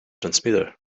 transmitter